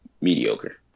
mediocre